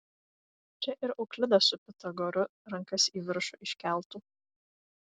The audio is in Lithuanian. čia ir euklidas su pitagoru rankas į viršų iškeltų